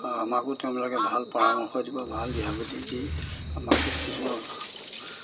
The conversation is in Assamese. আমাকো তেওঁলোকে ভাল পৰামৰ্শ দিব ভাল দিহা পিঠি দি আমাকো কিছুমান